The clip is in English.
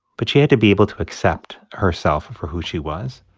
but she had to be able to accept herself for who she was